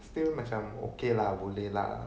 still macam okay lah boleh lah